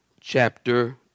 chapter